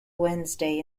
wednesday